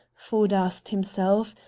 ford asked himself,